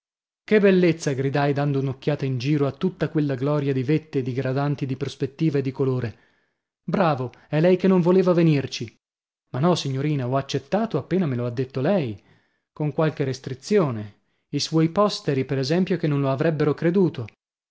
che bellezza gridai dando un'occhiata in giro a tutta quella gloria di vette digradanti di prospettiva e di colore bravo e lei che non voleva venirci ma no signorina ho accettato appena me lo ha detto lei con qualche restrizione i suoi posteri per esempio che non lo avrebbero creduto